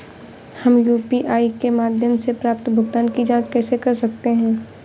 हम यू.पी.आई के माध्यम से प्राप्त भुगतान की जॉंच कैसे कर सकते हैं?